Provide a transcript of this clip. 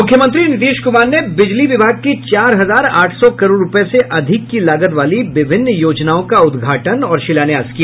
मुख्यमंत्री नीतीश कुमार ने बिजली विभाग की चार हजार आठ सौ करोड़ रूपये से अधिक की लागत वाली विभिन्न योजनाओं का उद्घाटन और शिलान्यास किया